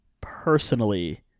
personally